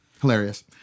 Hilarious